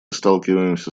сталкиваемся